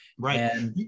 Right